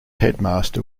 headmaster